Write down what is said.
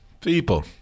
People